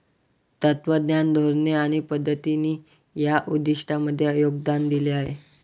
तत्त्वज्ञान, धोरणे आणि पद्धतींनी या उद्दिष्टांमध्ये योगदान दिले आहे